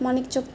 মণিক চক